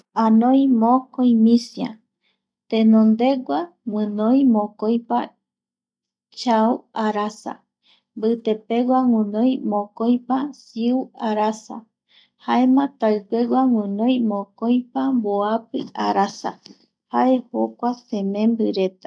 Anoi mokoi misia. tenondegua guinoi mokoipa chau arasa, mbite pegua guinoi mokoipa siu arasa jaema taikuegua guinoi mokoipa mboapi arasa jae jokua semembireta